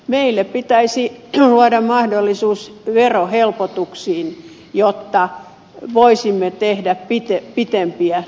meille pitäisi luoda mahdollisuus verohelpotuksiin jotta voisimme tehdä pitempiä työuria